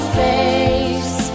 face